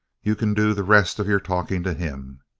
you can do the rest of your talking to him.